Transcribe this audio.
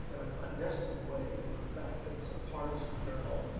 and a clandestine way. you know, the fact that it's a partisan journal.